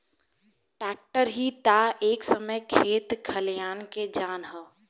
tractor ही ता ए समय खेत खलियान के जान ह